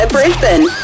Brisbane